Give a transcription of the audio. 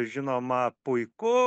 žinoma puiku